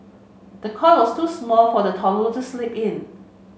the cot was too small for the toddler to sleep in